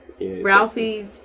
Ralphie